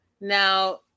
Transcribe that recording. Now